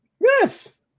Yes